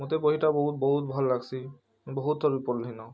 ମତେ ବହିଟା ବହୁତ୍ ବହୁତ୍ ଭଲ୍ ଲାଗ୍ସି ବହୁତ୍ ଥର୍ ବି ପଢ଼୍ଲି ନ